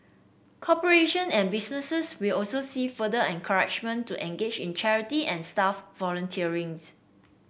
corporation and businesses will also see further encouragement to engage in charity and staff volunteerism